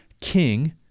king